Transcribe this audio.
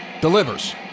Delivers